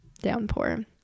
downpour